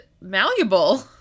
malleable